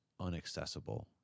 unaccessible